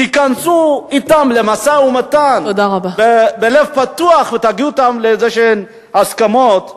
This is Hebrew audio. תיכנסו אתם למשא-ומתן בלב פתוח ותגיעו אתם להסכמות כלשהן.